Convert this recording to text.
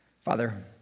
Father